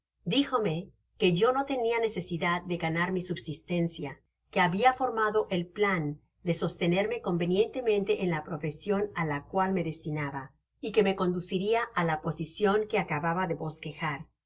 dijome que yo do tenia necesidad de ganar mi subsistencia que habia formado el plan de sostenerme convenientemente enla profesion á la cual me destinaba y que me conduciria á la posicion que acababa de bosquejar que